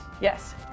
yes